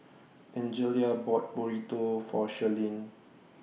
Angelia bought Burrito For Shirleen